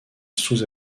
sous